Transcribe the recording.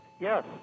Yes